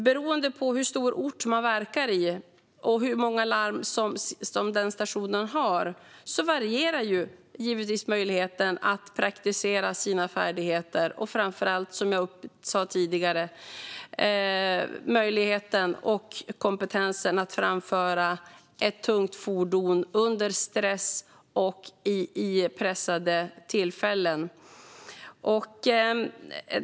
Beroende på hur stor ort man verkar i och hur många larm stationen har varierar givetvis möjligheten att praktisera sina färdigheter och framför allt, som jag sa tidigare, möjligheten och kompetensen att framföra ett tungt fordon under stress och i pressade situationer.